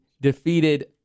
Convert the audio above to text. defeated